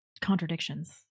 contradictions